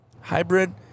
hybrid